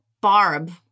Barb